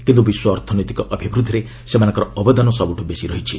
କିନ୍ତୁ ବିଶ୍ୱ ଅର୍ଥନୈତିକ ଅଭିବୃଦ୍ଧିରେ ସେମାନଙ୍କର ଅବଦାନ ସବୁଠୁ ବେଶି ରହିଛି